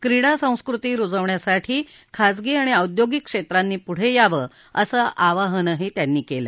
क्रीडा संस्कृती रुजवण्यासाठी खासगी आणि औद्योगिक क्षेत्रांनी पुढं यावं असं आवाहनही त्यांनी केलं